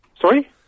Sorry